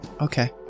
okay